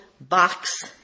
box